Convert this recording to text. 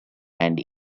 and